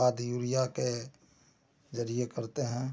खाद यूरिया के जरिए करते हैं